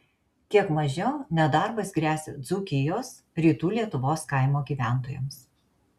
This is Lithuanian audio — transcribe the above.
kiek mažiau nedarbas gresia dzūkijos rytų lietuvos kaimo gyventojams